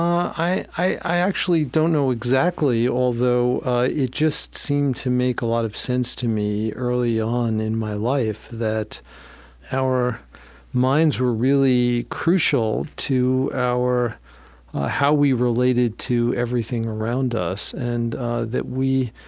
i i actually don't know exactly, although it just seemed to make a lot of sense to me early on in my life that our minds were really crucial to how we related to everything around us, and that we